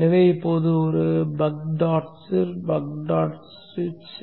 எனவே இப்போது பக் டாட் சிர் பக் டாட் ஸ்ச்